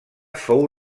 fou